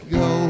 go